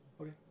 Okay